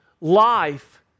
life